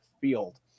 field